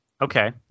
okay